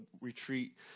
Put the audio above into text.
retreat